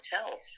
hotels